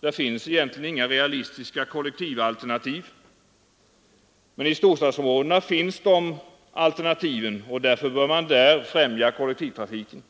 där finns inga realistiska kollektivalternativ. I storstadsområdena finns sådana alternativ, och därför bör man där främja kollektivtrafiken.